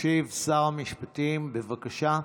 ישיב שר המשפטים, בבקשה.